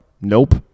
Nope